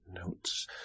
notes